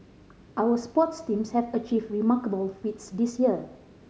our sports teams have achieve remarkable feats this year